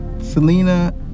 Selena